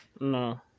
No